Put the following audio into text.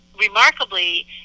remarkably